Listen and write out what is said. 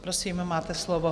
Prosím, máte slovo.